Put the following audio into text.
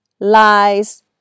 lies